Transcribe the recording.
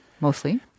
mostly